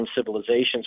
civilizations